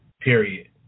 period